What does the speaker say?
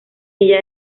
ella